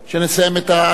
ההצבעה על חוק זה,